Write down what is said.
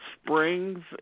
Springs